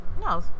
no